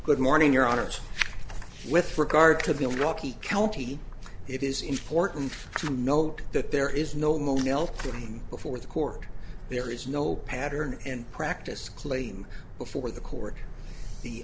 good morning your honor with regard to the lucky county it is important to note that there is no melting before the court there is no pattern and practice claim before the court the